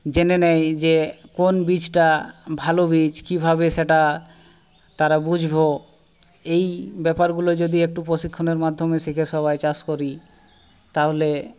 জেনে নেয় যে কোন বীজটা ভালো বীজ কীভাবে সেটা তারা বুঝবো এই ব্যাপারগুলো যদি একটু প্রশিক্ষণের মাধ্যমে শিখে সবাই চাষ করি তাহলে